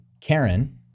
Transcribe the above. Karen